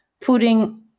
putting